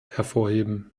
hervorheben